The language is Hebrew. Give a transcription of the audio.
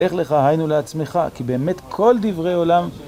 לך לך, היינו לעצמך. כי באמת, כל דברי עולם...